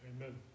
Amen